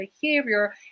behavior